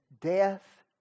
Death